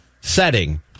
setting